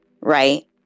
Right